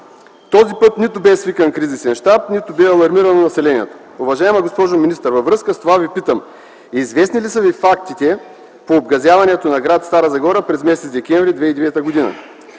Този път нито бе свикан кризисен щаб, нито бе алармирано населението. Уважаема госпожо министър, във връзка с това Ви питам: известни ли са Ви фактите по обгазяването на гр. Стара Загора през м. декември 2009 г.?